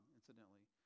incidentally